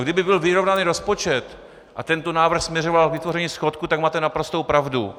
Kdyby byl vyrovnaný rozpočet a tento návrh směřoval k vytvoření schodku, tak máte naprostou pravdu.